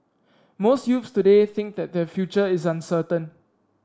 most youths today think that their future is uncertain